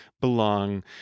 belong